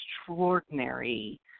extraordinary